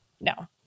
No